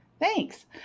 Thanks